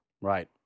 Right